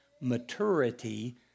maturity